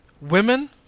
Women